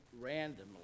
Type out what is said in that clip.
randomly